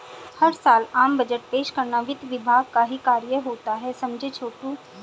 हर साल आम बजट पेश करना वित्त विभाग का ही कार्य होता है समझे छोटू